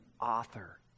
author